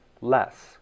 less